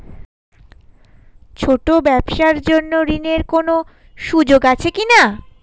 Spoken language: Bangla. ছোট ব্যবসার জন্য ঋণ এর কোন সুযোগ আছে কি না?